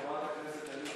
חברת הכנסת עליזה